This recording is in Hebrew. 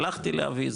הלכתי להביא,